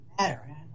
matter